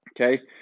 Okay